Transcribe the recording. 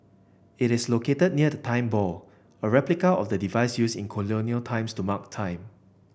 it is located near the Time Ball a replica of the device use in colonial times to mark time